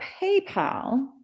PayPal